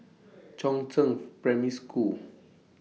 Chongzheng Primary School